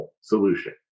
solution